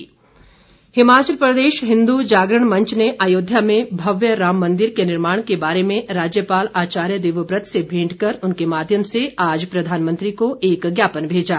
ज्ञापन हिमाचल प्रदेश हिंदू जागरण मंच ने अयोध्या में भव्य राम मंदिर के निर्माण के बारे में राज्यपाल आचार्य देवव्रत से भेंट कर उनके माध्यम से आज प्रधानमंत्री को एक ज्ञापन भेजा